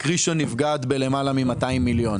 רק ראשון נפגעת בלמעלה מ-200 מיליון.